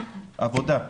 עבודה.